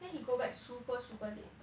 then he go back super super late